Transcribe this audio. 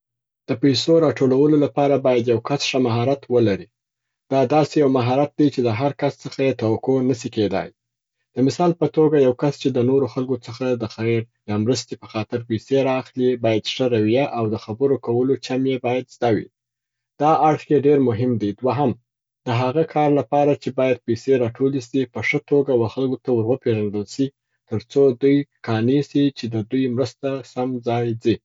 د پیسو را ټولو لپاره باید یو کس ښه مهارت ولري. دا داسي یو مهارت دی چې د هر کس څخه یې توقع نه سي کیدای. د مثال په توګه یو کس چې د نورو خلګو څخه د خیر یا مرستې په خاطر پیسي را اخلي باید ښه رویه، او د خبرو کولو چم یې باید زده وي. دا اړخ یې ډېر مهم دی. دوهم، د هغه کار لپاره چې باید پیسې را ټولې سي، په ښه توګه و خلګو ته ور و پیژندل سي تر څو دوی قانع سي چې د دوی مرسته سم ځای ځي.